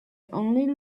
only